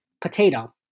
potato